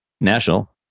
national